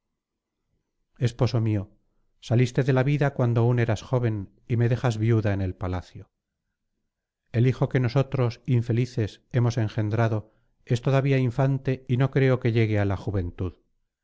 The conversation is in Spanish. esposo mío saliste de la vida cuando aún eras joven y me dejas viuda en el palacio el hijo que nosotros infelices hemos engendrado es todavía infante y no creo que llegue á la juventud